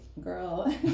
girl